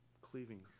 cleaving